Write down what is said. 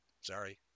Sorry